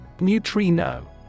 Neutrino